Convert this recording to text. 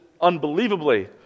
unbelievably